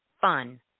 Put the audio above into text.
fun